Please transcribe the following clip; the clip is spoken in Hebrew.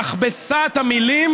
מכבסת המילים